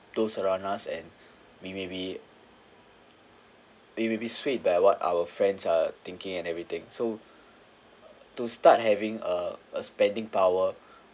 those around us and we maybe we will be swayed by what our friends are thinking and everything so to start having uh uh spending power